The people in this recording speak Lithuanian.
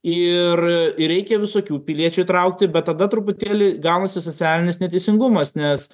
ir reikia visokių piliečių įtraukti bet tada truputėlį gaunasi socialinis neteisingumas nes